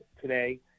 today